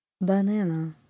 Banana